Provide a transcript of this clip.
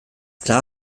klar